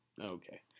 Okay